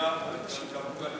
בנייה על קרקע פרטית.